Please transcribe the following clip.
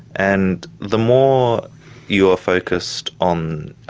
and the more you are focused on,